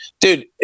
dude